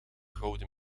gouden